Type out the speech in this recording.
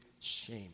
shame